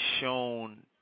shown